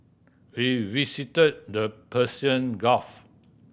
we visited the Persian Gulf